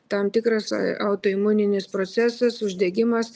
tam tikras autoimuninis procesas uždegimas